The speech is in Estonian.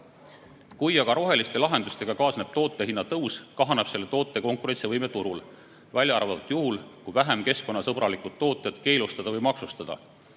Kui aga roheliste lahendustega kaasneb toote hinna tõus, kahaneb selle toote konkurentsivõime turul, välja arvatud juhul, kui vähem keskkonnasõbralikud tooted keelustada või maksustada.